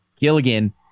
Gilligan